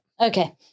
Okay